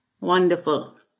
Wonderful